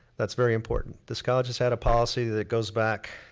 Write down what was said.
that's very important. this college has had a policy that goes back,